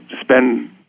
spend